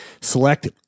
select